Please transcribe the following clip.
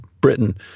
Britain